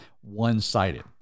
one-sided